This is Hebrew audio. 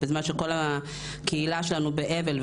בזמן שכל הקהילה שלנו באבל,